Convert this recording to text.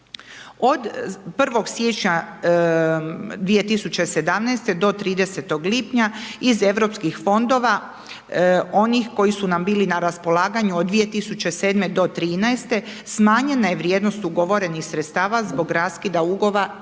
Od 1. siječnja 2017. do 30. lipnja iz europskih fondova onih koji su nam bili na raspolaganju od 2007. do 2013., smanjena je vrijednost ugovorenih sredstava zbog raskida ugovora